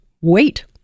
wait